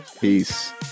Peace